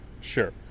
Sure